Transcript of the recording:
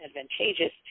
advantageous